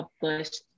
published